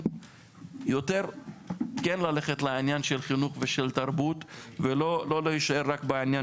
יותר כן ללכת לעניין של חינוך ותרבות ולא להישאר רק בעניין